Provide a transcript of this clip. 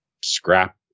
scrap